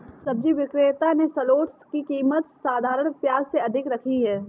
सब्जी विक्रेता ने शलोट्स की कीमत साधारण प्याज से अधिक रखी है